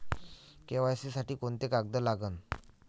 KYC साठी कोंते कागद लागन?